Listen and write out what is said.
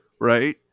Right